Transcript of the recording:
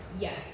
Yes